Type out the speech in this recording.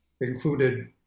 included